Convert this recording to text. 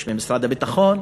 יש במשרד הביטחון.